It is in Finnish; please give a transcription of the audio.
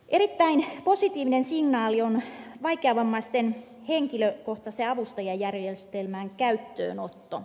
erittäin positiivinen signaali on vaikeavammaisten henkilökohtaisen avustajajärjestelmän käyttöönotto